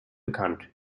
bekannt